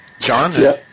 John